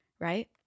right